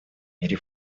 мире